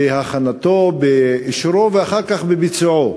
בהכנתו ובאישורו ואחר כך בביצועו.